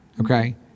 Okay